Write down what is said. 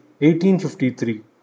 1853